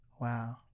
Wow